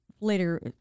later